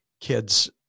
Kids